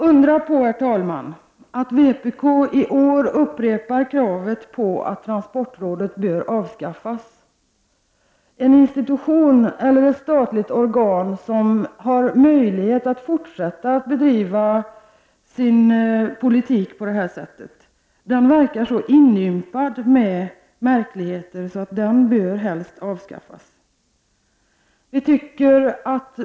Undra på, herr talman, att vpk i år upprepar kravet på att transportrådet bör avskaffas. En institution eller ett statligt organ som har möjlighet att fortsätta att föra sin politik på detta sätt verkar vara så inympad med märkligheter att den helst bör avskaffas.